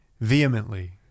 Vehemently